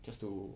just to